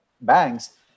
banks